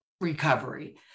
recovery